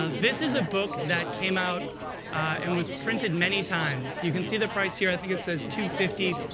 ah this is a book that came out and was printed many times. you can see the price here, i think it's says two point